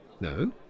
No